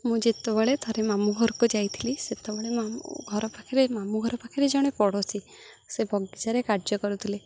ମୁଁ ଯେତେବେଳେ ଥରେ ମାମୁଁ ଘରକୁ ଯାଇଥିଲି ସେତେବେଳେ ଘର ପାଖରେ ମାମୁଁ ଘର ପାଖରେ ଜଣେ ପଡ଼ୋଶୀ ସେ ବଗିଚାରେ କାର୍ଯ୍ୟ କରୁଥିଲେ